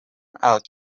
alchemy